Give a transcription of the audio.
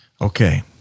Okay